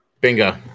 Bingo